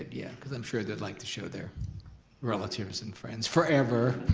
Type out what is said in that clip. yeah. cause i'm sure they'd like to show their relatives and friends forever.